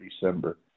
December